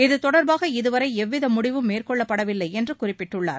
இது தொடர்பாக இதுவரை எவ்வித முடிவும் மேற்கொள்ளப்படவில்லை என்று குறிப்பிட்டுள்ளார்